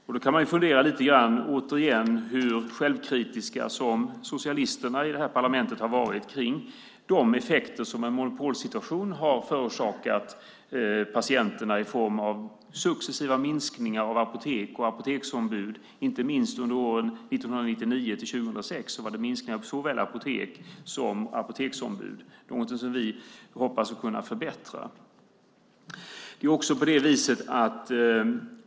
Man kan återigen fundera lite grann på hur självkritiska socialisterna i det här parlamentet har varit kring de effekter som en monopolsituation har förorsakat patienterna i form av successiva minskningar av antalet apotek och apoteksombud. Inte minst under åren 1999-2006 var det minskningar av såväl apotek som apoteksombud, någonting som vi hoppas kunna förbättra.